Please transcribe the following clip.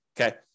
Okay